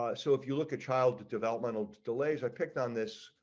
ah so if you look at child developmental delays are picked on this.